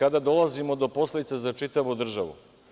Sada dolazimo do posledica za čitavu državu.